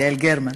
יעל גרמן,